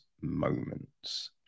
moments